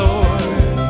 Lord